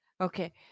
Okay